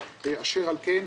ואשר על כן,